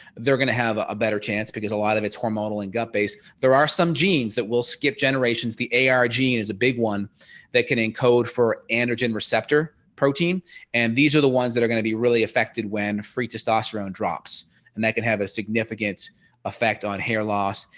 they're going to have a a better chance because a lot of it's hormonal and gut based. there are some genes that will skip generations the gene is a big one that can encode for androgen receptor protein and these are the ones that are going to be really affected when free testosterone drops and that can have a significant effect on hair loss.